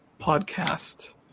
podcast